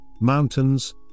mountains